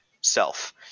self